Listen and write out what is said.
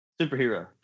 Superhero